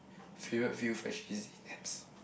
favourite few Freshies in